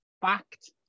fact